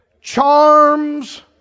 charms